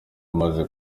amaze